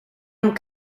amb